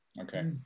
Okay